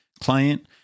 client